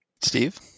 steve